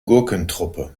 gurkentruppe